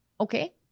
okay